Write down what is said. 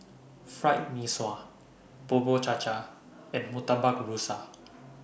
Fried Mee Sua Bubur Cha Cha and Murtabak Rusa